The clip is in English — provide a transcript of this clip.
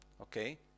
okay